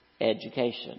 education